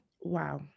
Wow